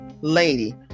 lady